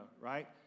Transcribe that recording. right